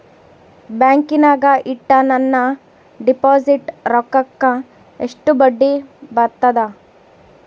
ಬ್ಯಾಂಕಿನಾಗ ಇಟ್ಟ ನನ್ನ ಡಿಪಾಸಿಟ್ ರೊಕ್ಕಕ್ಕ ಎಷ್ಟು ಬಡ್ಡಿ ಬರ್ತದ?